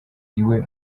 iwe